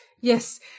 Yes